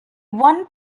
one